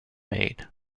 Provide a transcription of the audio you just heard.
made